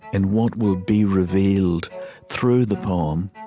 in what will be revealed through the poem,